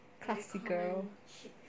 classy girl